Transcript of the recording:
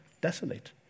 desolate